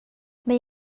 mae